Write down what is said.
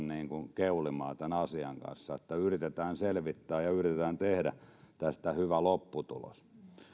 keulimaan tämän asian kanssa vaan että yritetään selvittää ja yritetään tehdä tästä hyvä lopputulos